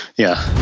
yeah